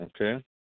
Okay